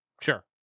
Sure